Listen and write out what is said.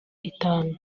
itanu